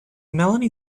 melanie